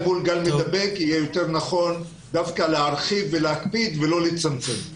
מול גל מדבק יהיה יותר נכון דווקא להרחיב ולהקפיד ולא לצמצם.